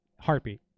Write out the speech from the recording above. heartbeat